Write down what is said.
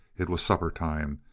it was supper time,